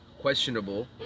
questionable